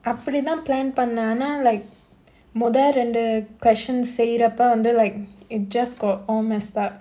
அப்பிடிதா:appidithaa plan பண்ண ஆனா:panna aanaa like மொத ரெண்டு:modha rendu questions செய்றப்ப வந்து:seirappa vandhu like it just got all messed up